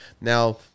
Now